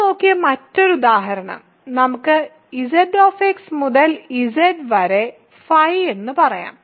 നമ്മൾ നോക്കിയ മറ്റൊരു ഉദാഹരണം നമുക്ക് Zx മുതൽ Z വരെ φ എന്ന് പറയാം